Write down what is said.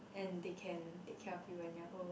and they can take care of you when you're old